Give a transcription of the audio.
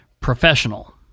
professional